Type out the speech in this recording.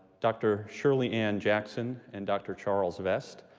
dr. shirley ann jackson and dr. charles vest.